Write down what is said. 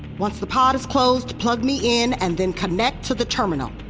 once the pod is closed, plug me in and then connect to the terminal.